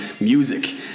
music